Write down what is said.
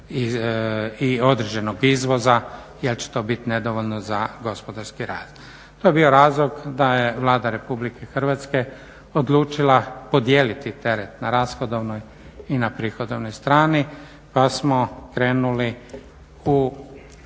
i određenog izvoza jer će to biti nedovoljno za gospodarski rast. To je bio razlog da je Vlada Republike Hrvatske odlučila podijeliti teret na rashodovnoj i na prihodovnoj strani pa smo krenuli u